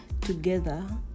together